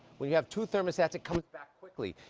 when you have to thermostat it comes back quickly.